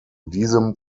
diesem